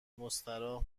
مستراح